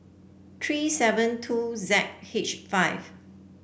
three seven two Z H five